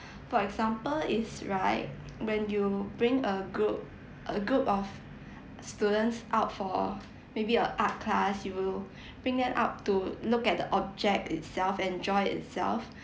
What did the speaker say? for example is right when you bring a group a group of students out for maybe a art class you will bring them up to look at the object itself enjoy itself